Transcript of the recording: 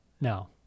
No